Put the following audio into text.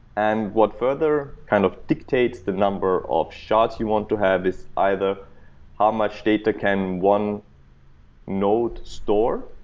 and what further kind of dictates the number of shards you want to have is either how much data can one node store.